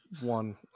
one